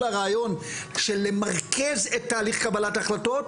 כל הרעיון של למרכז את תהליך קבלת ההחלטות,